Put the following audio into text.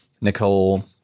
Nicole